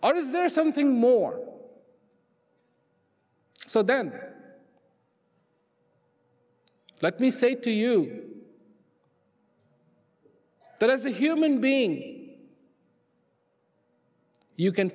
or is there something more so then let me say to you that as a human being you can